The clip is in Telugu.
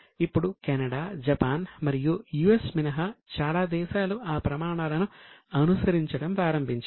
ఇప్పుడు కెనడా జపాన్ మరియు యుఎస్ మినహా చాలా దేశాలు ఆ ప్రమాణాలను అనుసరించడం ప్రారంభించాయి